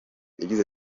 yagize